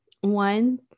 one